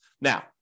Now